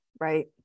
Right